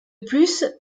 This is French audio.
plus